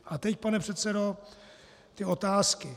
A teď, pane předsedo, otázky.